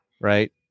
Right